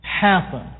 happen